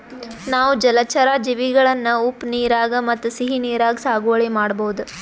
ನಾವ್ ಜಲಚರಾ ಜೀವಿಗಳನ್ನ ಉಪ್ಪ್ ನೀರಾಗ್ ಮತ್ತ್ ಸಿಹಿ ನೀರಾಗ್ ಸಾಗುವಳಿ ಮಾಡಬಹುದ್